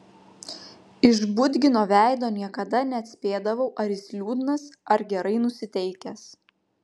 iš budgino veido niekada neatspėdavau ar jis liūdnas ar gerai nusiteikęs